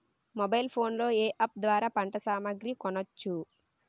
Mobile phone లో ఏ app ద్వారా పంట సామాగ్రి కొనచ్చు?